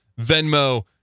Venmo